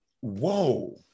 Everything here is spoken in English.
Whoa